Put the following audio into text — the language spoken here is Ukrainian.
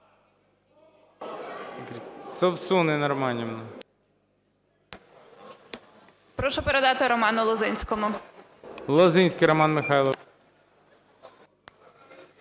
Прошу передати Роману Лозинському. ГОЛОВУЮЧИЙ. Лозинський Роман Михайлович.